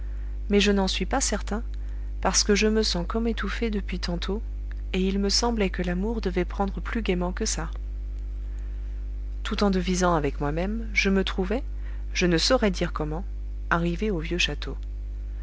mais je n'en suis pas certain parce que je me sens comme étouffé depuis tantôt et il me semblait que l'amour devait prendre plus gaiement que ça tout en devisant avec moi même je me trouvai je ne saurais dire comment arrivé au vieux château